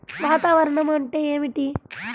వాతావరణం అంటే ఏమిటి?